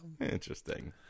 Interesting